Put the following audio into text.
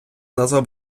назва